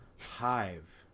hive